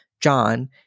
John